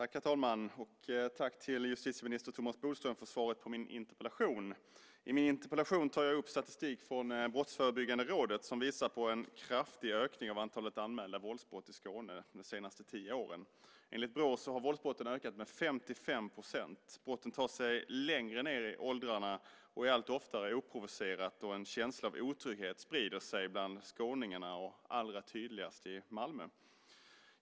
Herr talman! Jag vill rikta ett tack till justitieminister Thomas Bodström för svaret på min interpellation. I min interpellation tar jag upp statistik från Brottsförebyggande rådet som visar på en kraftig ökning av antalet anmälda våldsbrott i Skåne de senaste tio åren. Enligt Brå har våldsbrotten ökat med 55 %. Brotten tar sig längre ned i åldrarna och våldet är allt oftare oprovocerat. En känsla av otrygghet sprider sig bland skåningarna. Allra tydligast är detta i Malmö.